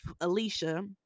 Alicia